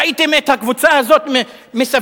ראיתם את הקבוצה הזאת מסביב,